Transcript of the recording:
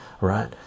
right